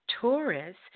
Taurus